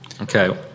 Okay